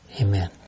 Amen